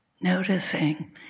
Noticing